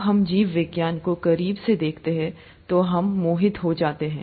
जब हम जीव विज्ञान को करीब देखते हैं तो हम मोहित हो जाते हैं